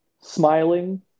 smiling